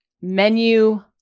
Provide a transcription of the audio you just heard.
menu